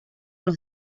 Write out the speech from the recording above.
los